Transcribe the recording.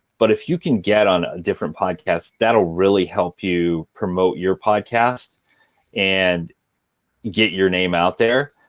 but if you can get on a different podcast, that'll really help you promote your podcast and get your name out there.